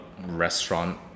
restaurant